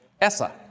ESSA